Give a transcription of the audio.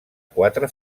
quatre